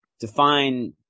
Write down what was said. define